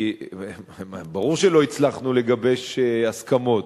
ברור שלא הצלחנו לגבש הסכמות,